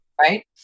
Right